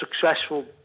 successful